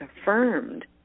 affirmed